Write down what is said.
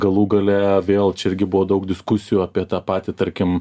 galų gale vėl čia irgi buvo daug diskusijų apie tą patį tarkim